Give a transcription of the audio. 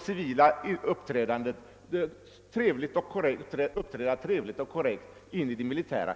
civila livets trevliga och korrekta uppförande även i det militära.